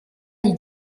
n’y